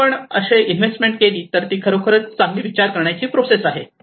जर आपण असे इन्व्हेस्टमेंट केले तर खरोखरच ती खरोखरच चांगली विचार करण्याची प्रोसेस आहे